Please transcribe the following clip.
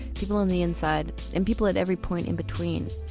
people on the inside and people at every point in between.